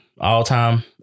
all-time